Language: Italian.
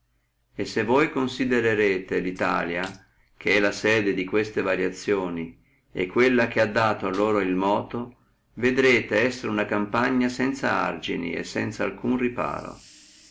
e se voi considerrete litalia che è la sedia di queste variazioni e quella che ha dato loro el moto vedrete essere una campagna sanza argini e sanza alcuno riparo